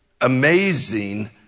amazing